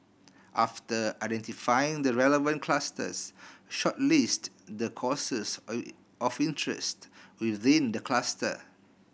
after identifying the relevant clusters shortlist the courses of interest within the cluster